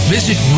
Visit